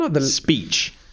Speech